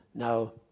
Now